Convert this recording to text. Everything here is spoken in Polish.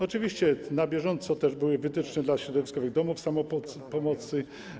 Oczywiście na bieżąco były też wytyczne dla środowiskowych domów samopomocy.